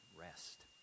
rest